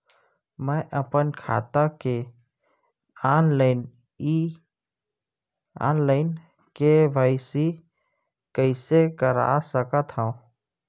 मैं अपन खाता के ऑनलाइन के.वाई.सी कइसे करा सकत हव?